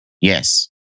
Yes